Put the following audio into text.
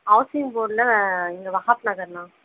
housing போர்ட்டில் இங்கே வகாப் நகர்னா